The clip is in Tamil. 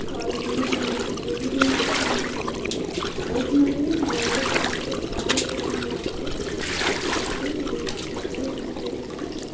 காலேஜ் யுஜி முடித்தவங்க யுஜி முடிச்சுட்டு பிஜி பண்ணுறவங்க அதுக்கு மேலேயும் நிறைய பெரிய பெரிய வேலைக்கெலாம் போகிறவங்க அந்தமாதிரி நிறைய எங்கள் சைடு இருக்காங்க